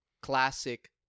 Classic